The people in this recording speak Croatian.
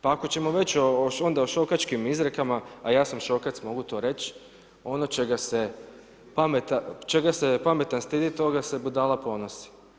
Pa ako ćemo već o, onda o šokačkim izrekama, a ja sam šokac, mogu to reć, ono čega se pametan stidi, toga se budala ponosi.